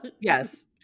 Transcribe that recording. Yes